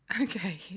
Okay